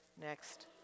next